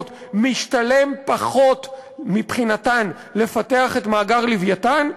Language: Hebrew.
משתלם פחות מבחינתן לפתח את מאגר "לווייתן"?